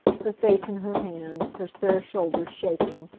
her face in her hands, her spare shoulders shaking.